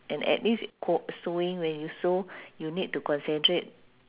and at least co~ sewing when you sew you need to concentrate